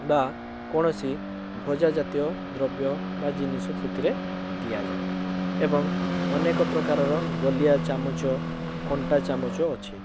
ବା କୌଣସି ଭଜା ଜାତୀୟ ଦ୍ରବ୍ୟ ବା ଜିନିଷ ସେଥିରେ ଦିଆଯାଏ ଏବଂ ଅନେକ ପ୍ରକାରର ଗୋଲିଆ ଚାମଚ କଣ୍ଟା ଚାମଚ ଅଛି